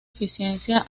eficiencia